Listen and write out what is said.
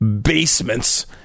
basements